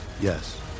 Yes